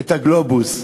את הגלובוס.